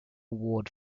award